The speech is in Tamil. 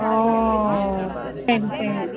ஓ சரி சரி